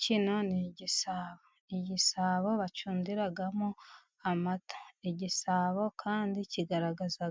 Kino ni igisabo bacundiramo amata， igisabo kandi kigaragaza